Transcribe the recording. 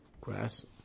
grass